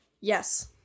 yes